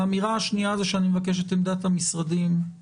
האמירה השנייה היא שאני מבקש את עמדת המשרדים על